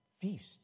feast